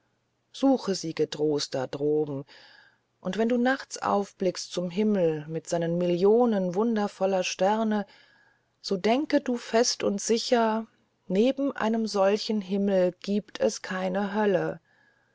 suche sie getrost da droben und wenn du nachts aufblickst zum himmel mit seinen millionen wundervoller sterne so denke du fest und sicher neben einem solchen himmel gibt es keine hölle